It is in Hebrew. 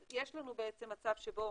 אז יש לנו מצב שבו